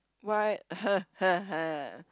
why